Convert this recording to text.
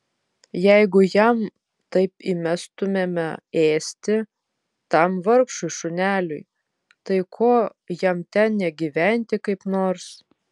jeigu jam taip įmestumėme ėsti tam vargšui šuneliui tai ko jam ten negyventi kaip nors